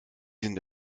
sind